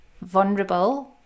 vulnerable